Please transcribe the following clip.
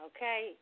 Okay